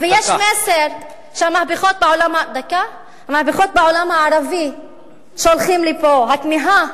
יש מסר שהמהפכות בעולם הערבי שולחות לפה, הכמיהה,